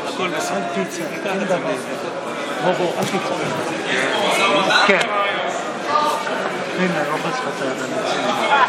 זה דבר מרגש לראות שפתאום יש לילות בכפר קאסם